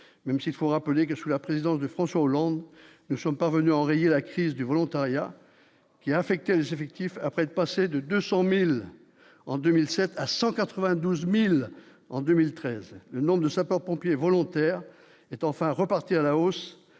même s'il faut rappeler que sous la présidence de François Hollande, nous sommes parvenus à enrayer la crise du volontariat qui a affecté les effectifs après être passé de 200000 en 2007 à 192000 en 2013 le nombre de sapeurs-pompiers volontaires est enfin reparti à la hausse